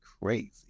crazy